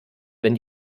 wenn